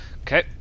Okay